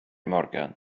morgan